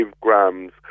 grams